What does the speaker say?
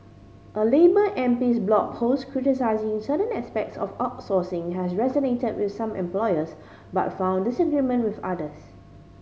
a labour MP's blog post criticising certain aspects of outsourcing has resonated with some employers but found disagreement with others